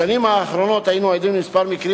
בשנים האחרונות היינו עדים לכמה מקרים